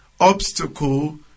obstacle